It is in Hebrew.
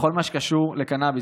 בכל מה שקשור לקנביס,